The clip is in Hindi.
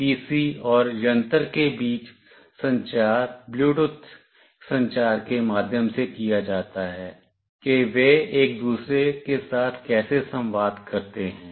पीसी और यंत्र के बीच संचार ब्लूटूथ संचार के माध्यम से किया जाता है कि वे एक दूसरे के साथ कैसे संवाद करते हैं